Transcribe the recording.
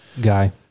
guy